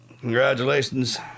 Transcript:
Congratulations